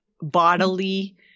bodily